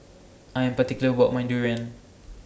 I Am particular about My Durian